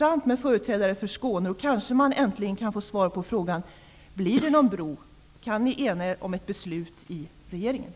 Av företrädarna från Skåne kan man kanske äntligen får svar på frågan: Blir det någon bro? Kan ni ena er kring ett beslut i regeringen?